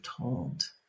told